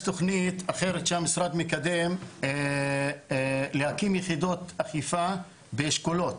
יש תכנית אחרת שהמשרד מקדם להקים יחידות אכיפה באשכולות.